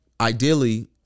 ideally